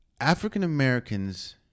African-Americans